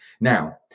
now